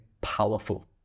powerful